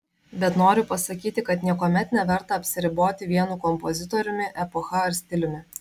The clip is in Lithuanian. bet noriu pasakyti kad niekuomet neverta apsiriboti vienu kompozitoriumi epocha ar stiliumi